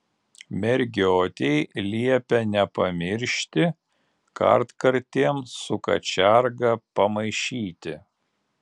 mergiotei liepia nepamiršti kartkartėm su kačiarga pamaišyti